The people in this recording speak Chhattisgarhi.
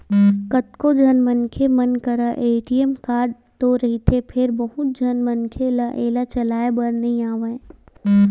कतको झन मनखे मन करा ए.टी.एम कारड तो रहिथे फेर बहुत झन मनखे ल एला चलाए बर नइ आवय